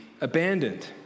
abandoned